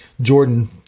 Jordan